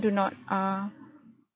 do not err